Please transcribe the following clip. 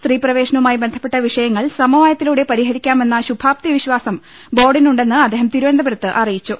സ്ത്രീ പ്രവേശനവുമായി ബന്ധപ്പെട്ട വിഷയങ്ങൾ സമവായത്തിലൂടെ പരിഹരിക്കാമെന്ന ശുഭാപ്തി വിശ്വാസം ബോർഡിനു ണ്ടെന്ന് അദ്ദേഹം തിരുവനന്തപുരത്ത് അറിയിച്ചു